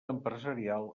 empresarial